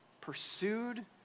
pursued